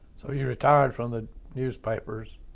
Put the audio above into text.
so you retired from the newspapers,